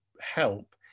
help